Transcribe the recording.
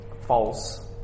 false